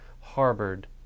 harbored